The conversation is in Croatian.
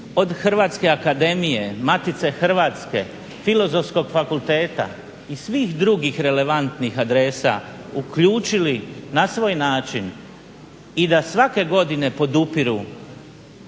od Hrvatske akademije, Matice hrvatske, Filozofskog fakulteta i svih drugih relevantnih adresa uključili na svoj način i da svake godine podupiru